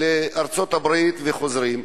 נוסעים לארצות-הברית וחוזרים.